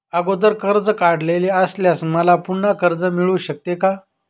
अगोदर कर्ज काढलेले असल्यास मला पुन्हा कर्ज मिळू शकते का?